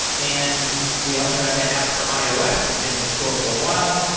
and we also have that app for ios. it's been in the store for a while.